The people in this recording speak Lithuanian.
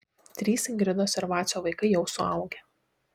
trys ingridos ir vacio vaikai jau suaugę